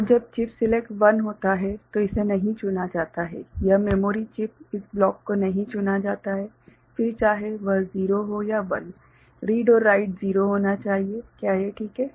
और जब chip select 1 होता है तो इसे नहीं चुना जाता है यह मेमोरी चिप इस ब्लॉक को नहीं चुना जाता है फिर चाहे वह 0 हो या 1 रीड और राइट 0 होना चाहिए क्या यह ठीक है